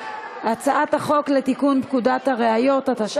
להעביר את הצעת חוק לתיקון פקודת הראיות (מס' 19)